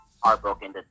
Heartbroken